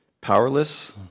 powerless